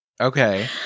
okay